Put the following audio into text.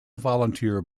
volunteer